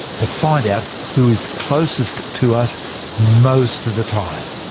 to find out who is closest to us most of the time.